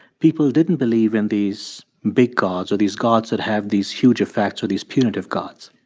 people didn't believe in these big gods or these gods that have these huge effects or these punitive gods?